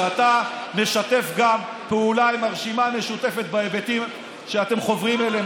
שאתה משתף גם פעולה עם הרשימה המשותפת בהיבטים שאתם חוברים אליהם,